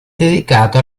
dedicato